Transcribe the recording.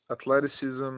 athleticism